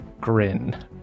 Grin